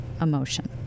emotion